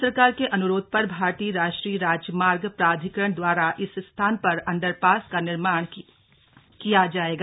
राज्य सरकार के अनुरोध पर भारतीय राष्ट्रीय राजमार्ग प्राधिकरण दवारा इस स्थान पर अण्डरपास का निर्माण किया जायेगा